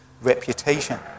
reputation